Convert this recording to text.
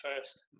first